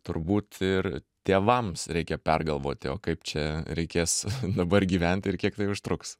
turbūt ir tėvams reikia pergalvoti o kaip čia reikės dabar gyventi ir kiek tai užtruks